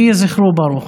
יהי זכרו ברוך.